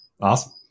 Awesome